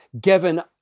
given